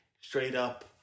straight-up